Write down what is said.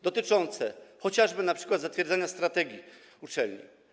dotyczące chociażby np. zatwierdzania strategii uczelni.